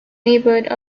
neighbourhood